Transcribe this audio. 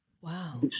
Wow